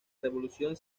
revolución